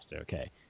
okay